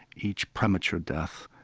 each premature death,